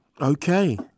Okay